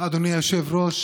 אדוני היושב-ראש,